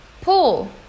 pool